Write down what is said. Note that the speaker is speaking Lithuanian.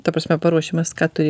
ta prasme paruošimas ką turi